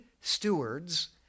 stewards